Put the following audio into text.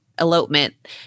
elopement